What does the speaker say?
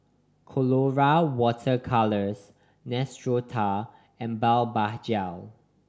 Colora Water Colours Neostrata and Blephagel